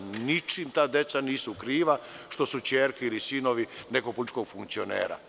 Ničim ta deca nisu kriva što su ćerke ili sinovi nekog političkog funkcionera.